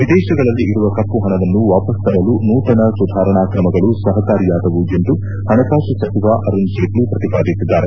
ವಿದೇಶಗಳಲ್ಲಿ ಇರುವ ಕಮ್ನು ಹಣವನ್ನು ವಾಪಸ್ ತರಲು ನೂತನ ಸುಧಾರಣಾ ಕ್ರಮಗಳು ಸಹಕಾರಿಯಾದವು ಎಂದು ಹಣಕಾಸು ಸಚಿವ ಅರುಣ್ ಜೇಟ್ಷಿ ಪ್ರಕಿಪಾದಿಸಿದ್ದಾರೆ